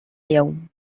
يوم